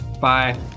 bye